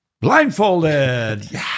Blindfolded